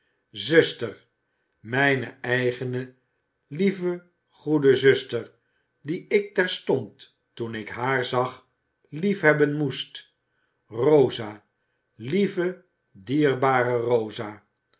zuster mijne eigene lieve goede zuster die ik terstond toen ik haar zag liefhebben moest rosa lieve dierbare rosa